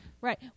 Right